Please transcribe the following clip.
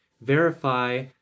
verify